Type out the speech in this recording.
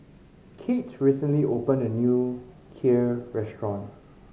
Kate recently opened a new Kheer restaurant